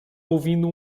ouvindo